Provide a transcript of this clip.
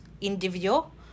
individual